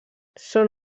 són